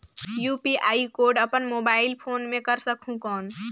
UPI code अपन mobile phone मे कर सकहुं कौन?